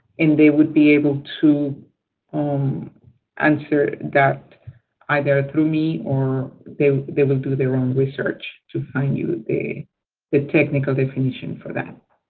and they would be able to um answer that either through me or they they will do their own research to find you the technical definition for that.